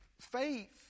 faith